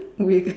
weak